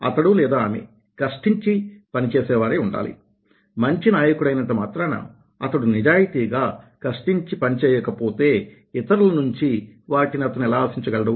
అతడు లేదా ఆమె కష్టించి పనిచేసే వారై ఉండాలి మంచి నాయకుడు అయినంత మాత్రాన అతడు నిజాయితీగా కష్టించి పని చేయకపోతే ఇతరుల నుంచి వాటిని అతను ఎలా ఆశించ గలడు